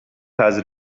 has